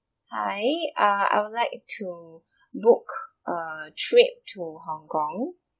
hi uh I would like to book uh a trip to Hong-Kong